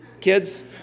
kids